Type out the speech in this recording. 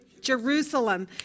Jerusalem